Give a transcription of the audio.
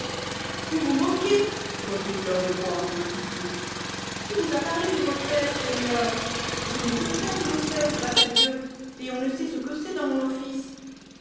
vous vous moquex reprit fleur des pois un peu piquée qui vous parle de vos fèves seigneur je n'ai que faire de vos fèves grâce à dieu et on ne sait ce que c'est dans mon office